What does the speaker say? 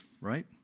right